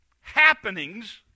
happenings